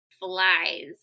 flies